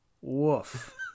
woof